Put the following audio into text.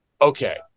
okay